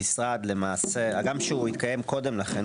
המשרד הגם שהתקיים קודם לכן,